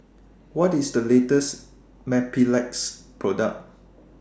What IS The latest Mepilex Product